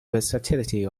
versatility